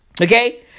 okay